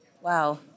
wow